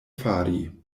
fari